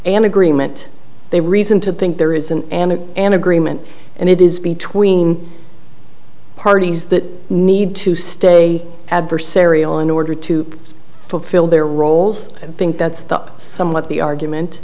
an agreement they reason to think there isn't an agreement and it is between parties that need to stay adversarial in order to fulfill their roles i think that's the somewhat the argument